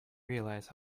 realize